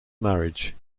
marriage